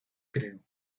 creo